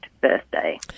birthday